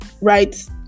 right